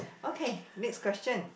okay next question